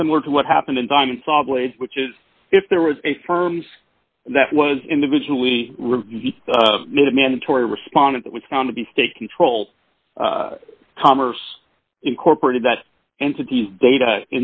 was similar to what happened in diamond sawblade which is if there was a firm that was individually made mandatory responded that was found to be state controlled commerce incorporated that entity's data